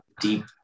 deep